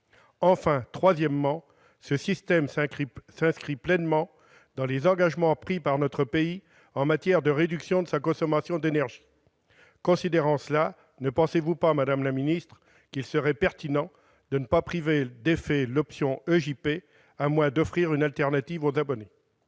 Enfin, troisièmement, ce système s'inscrit pleinement dans les engagements pris par notre pays en matière de réduction de sa consommation d'énergie. Par conséquent, ne pensez-vous pas, madame la secrétaire d'État, qu'il serait pertinent de ne pas priver d'effet l'option EJP, à moins d'offrir une alternative aux abonnés ?